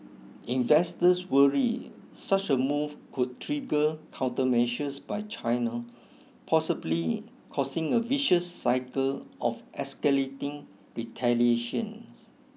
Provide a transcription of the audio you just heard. investors worry such a move could trigger countermeasures by China possibly causing a vicious cycle of escalating retaliation